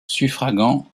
suffragant